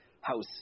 House